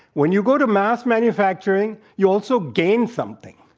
when you go to mass-manufacturing, you also gain something.